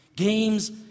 Games